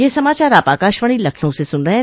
ब्रे क यह समाचार आप आकाशवाणी लखनऊ से सून रहे हैं